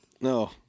No